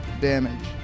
damage